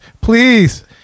please